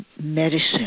medicine